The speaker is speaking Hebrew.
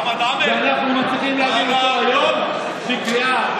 ואנחנו מצליחים להעביר אותו היום בקריאה,